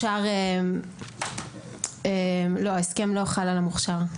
המוכשר, לא, ההסכם לא חל על המוכשר.